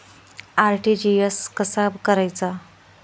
RTGS कसा करायचा?